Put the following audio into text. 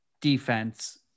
defense